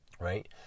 right